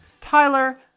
Tyler